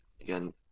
Again